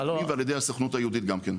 הפנים ועל ידי הסוכנות היהודית גם כן.